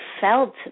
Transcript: felt